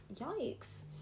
Yikes